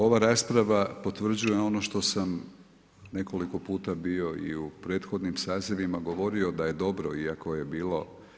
Ova rasprava potvrđuje ono što sam nekoliko puta bio i u prethodnim sazivima govorio da je dobro, iako je bilo.